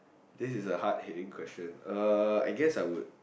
this is a hard heading question uh I guess I would